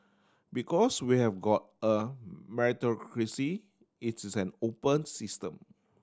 because we have got a meritocracy it's is an open system